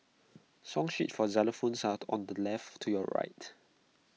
song sheets for xylophones are on the left to your right